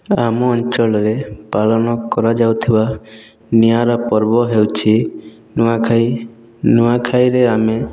ଆମ ଅଞ୍ଚଳରେ ପାଳନ କରାଯାଉଥିବା ନିଆରା ପର୍ବ ହେଉଛି ନୂଆଖାଇ ନୂଆଖାଇରେ ଆମେ